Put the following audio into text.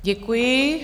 Děkuji.